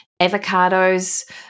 avocados